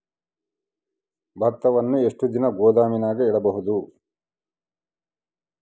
ಭತ್ತವನ್ನು ಎಷ್ಟು ದಿನ ಗೋದಾಮಿನಾಗ ಇಡಬಹುದು?